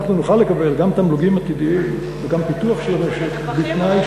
אנחנו נוכל לקבל גם תמלוגים עתידיים וגם פיתוח של המשק בתנאי,